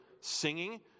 singing